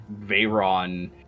Veyron